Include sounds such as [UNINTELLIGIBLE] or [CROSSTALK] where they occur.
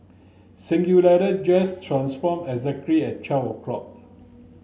[UNINTELLIGIBLE] dress transformed exactly at twelve o'clock